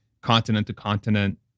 continent-to-continent